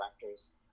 directors